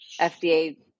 FDA